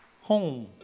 Home